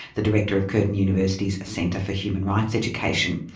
the director of curtin university's centre for human rights education,